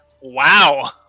Wow